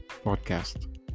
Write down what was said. podcast